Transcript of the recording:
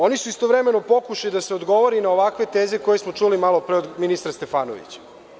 Oni su istovremeno i pokušaj da se odgovori na ovakve teze koje smo čuli malopre od ministra Stefanovića.